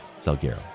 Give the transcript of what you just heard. Salguero